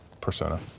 Persona